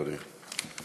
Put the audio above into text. תודה, אדוני,